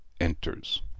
Enters